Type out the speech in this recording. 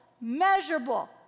measurable